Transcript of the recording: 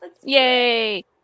yay